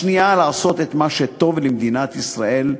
השנייה, לעשות את מה שטוב למדינת ישראל: